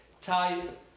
type